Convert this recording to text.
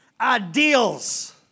ideals